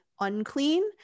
unclean